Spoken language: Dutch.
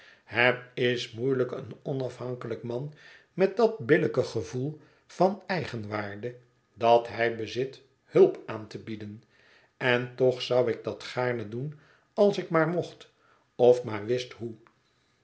het is moeielijk een onafhankelijk man met dat billijke gevoel van eigenwaarde dat hij bezit hulp aan te bieden en toch zou ik dat gaarne doen als ik maar mocht of maar wist hoe